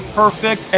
perfect